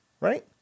right